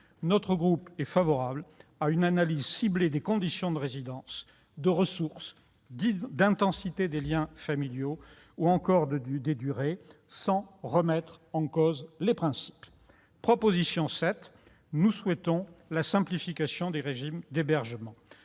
Mon groupe est favorable à une analyse ciblée des conditions de résidence, de ressources, d'intensité des liens familiaux, ou encore de durée, sans pour autant remettre en cause les principes. Septième proposition : nous souhaitons la simplification des régimes d'hébergement.